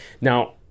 Now